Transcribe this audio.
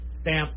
Stamps